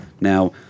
now